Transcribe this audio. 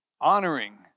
Honoring